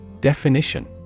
Definition